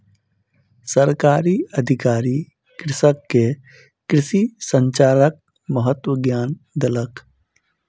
सरकारी अधिकारी कृषक के कृषि संचारक महत्वक ज्ञान देलक